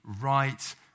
right